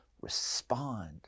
respond